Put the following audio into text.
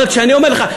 אבל כשאני אומר לך,